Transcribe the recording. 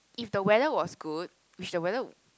if the weather was good which the weather